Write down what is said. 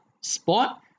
spot